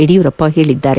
ಯಡಿಯೂರಪ್ಪ ಹೇಳಿದ್ದಾರೆ